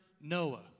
Noah